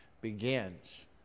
begins